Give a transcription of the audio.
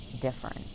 different